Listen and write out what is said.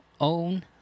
own